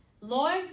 Lord